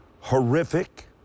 horrific